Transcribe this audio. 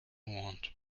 want